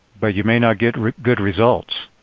but you may not get good results.